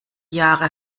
jahre